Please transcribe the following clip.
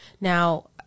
Now